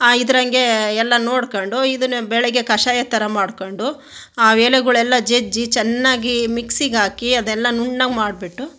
ಆ ಇದ್ರಂಗೆ ಎಲ್ಲ ನೋಡಿಕೊಂಡು ಇದನ್ನೆ ಬೆಳಗ್ಗೆ ಕಷಾಯ ಥರ ಮಾಡಿಕೊಂಡು ಆ ಎಲೆಗಳೆಲ್ಲ ಜಜ್ಜಿ ಚೆನ್ನಾಗಿ ಮಿಕ್ಸಿಗೆ ಹಾಕಿ ಅದೆಲ್ಲ ನುಣ್ಣಗೆ ಮಾಡಿಬಿಟ್ಟು